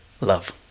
love